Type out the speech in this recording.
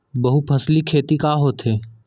बहुफसली खेती का होथे?